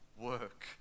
work